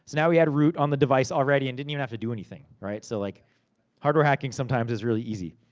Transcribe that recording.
now we had root on the device already, and didn't and have to do anything, right? so like hardware hacking sometimes, is really easy.